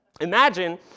Imagine